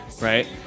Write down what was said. right